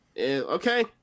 okay